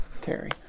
Terry